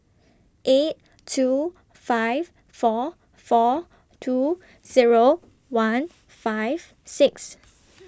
eight two five four four two Zero one five six